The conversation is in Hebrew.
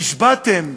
נשבעתם,